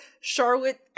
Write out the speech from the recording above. charlotte